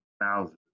thousands